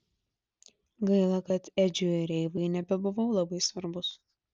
gaila kad edžiui ir eivai nebebuvau labai svarbus